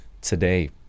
today